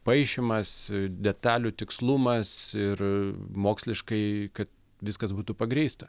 paišymas detalių tikslumas ir moksliškai kad viskas būtų pagrįsta